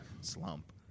slump